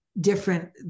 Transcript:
different